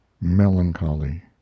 melancholy